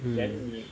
hmm